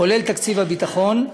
כולל תקציב הביטחון,